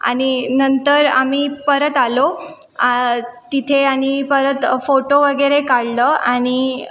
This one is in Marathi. आणि नंतर आम्ही परत आलो तिथे आणि परत फोटो वगैरे काढलं आणि